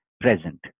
present